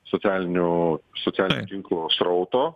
socialinių socialinių tinklo srauto